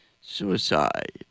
suicide